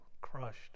crushed